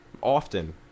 often